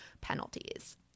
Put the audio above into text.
penalties